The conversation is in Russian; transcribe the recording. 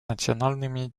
национальными